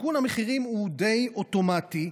עדכון המחירים הוא די אוטומטי,